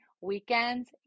weekends